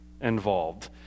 involved